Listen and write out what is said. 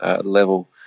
level